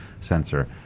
sensor